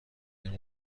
این